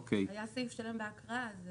היה סעיף שלם בהקראה.